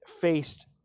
faced